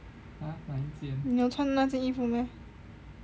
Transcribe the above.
你有穿的那件衣服 meh